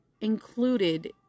included